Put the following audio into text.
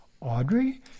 Audrey